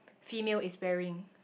female is wearing